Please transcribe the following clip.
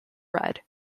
red